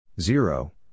zero